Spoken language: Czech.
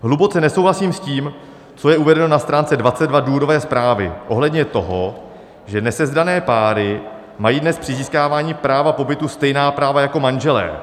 Hluboce nesouhlasím s tím, co je uvedeno na stránce 22 důvodové zprávy ohledně toho, že nesezdané páry mají dnes při získávání práva pobytu stejná práva jako manželé.